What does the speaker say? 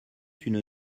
une